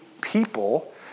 people